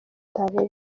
itanu